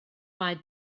mae